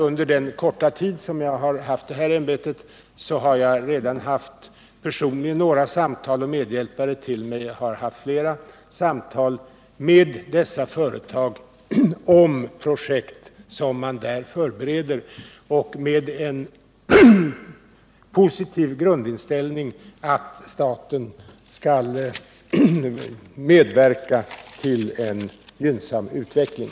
Under den korta tid som jag innehaft det här ämbetet har jag redan personligen haft några samtal — och medhjälpare till mig har haft flera samtal — med dessa företag om projekt som man där förbereder, med en positiv grundinställning att staten skall medverka till en gynnsam utveckling.